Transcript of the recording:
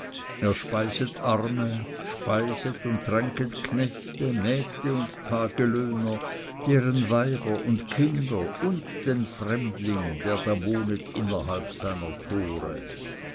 speiset arme speiset und tränket knechte mägde tagelöhner deren weiber und kinder und den fremdling der da wohnet innerhalb seiner tore